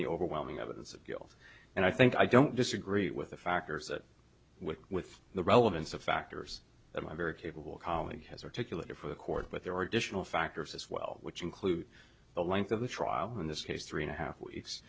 the overwhelming evidence of guilt and i think i don't disagree with the factors that would with the relevance of factors that might very capable colleague has articulated for the court but there are additional factors as well which include the length of the trial in this case three and a half weeks